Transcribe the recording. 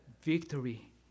victory